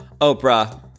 Oprah